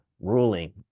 Ruling